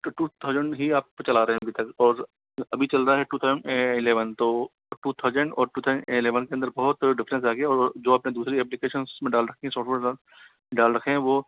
to thousand ही आप चला रहे अभी तक और अभी चल रहा है टू थाउजेंड इलेवन तो टू थाउजेंड और टू थाउजेंड इलेवन के अंदर बहुत डिफरेंस आ गया और जो आपने दूसरी एप्लिकेशनस उसमें डाल रखी है सॉफ्टवेयर डाल रखे हैं वो